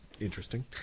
interesting